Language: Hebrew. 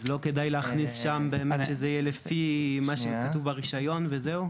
אז לא כדאי להכניס שם באמת שזה יהיה לפי מה שכתוב ברישיון וזהו?